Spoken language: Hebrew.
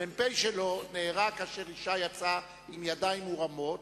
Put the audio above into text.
המ"פ שלו נהרג כאשר אשה יצאה עם ידיים מורמות